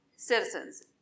Citizens